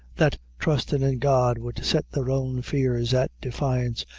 that trustin' in god, would set their own fears at defiance,